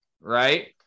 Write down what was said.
right